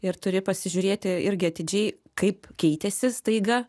ir turi pasižiūrėti irgi atidžiai kaip keitėsi staiga